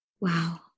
Wow